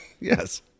Yes